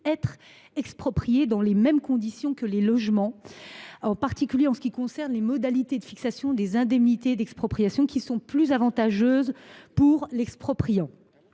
être expropriés dans les mêmes conditions que les logements, en particulier pour ce qui est des modalités de fixation des indemnités d’expropriation, qui sont plus avantageuses pour l’expropriant.